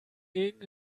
gegen